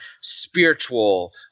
spiritual